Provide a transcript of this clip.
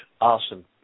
awesome